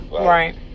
Right